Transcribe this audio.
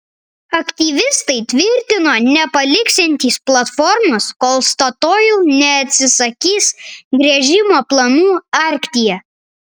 aktyvistai tvirtino nepaliksiantys platformos kol statoil neatsisakys gręžimo planų arktyje